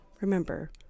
remember